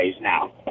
now